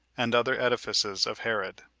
and other edifices of herod.